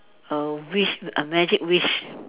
a wish a magic wish